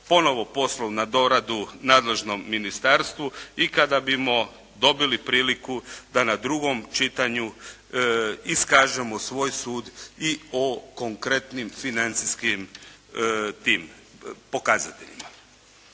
ponovno poslao na doradu nadležnom ministarstvu i kada bismo dobili priliku da na drugom čitanju iskažemo svoj sud i o konkretnim financijskim pokazateljima.